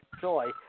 joy